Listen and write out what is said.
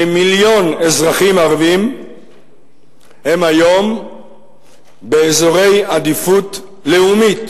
כמיליון אזרחים ערבים הם היום באזורי עדיפות לאומית,